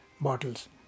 bottles